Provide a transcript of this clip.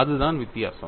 அதுதான் வித்தியாசம்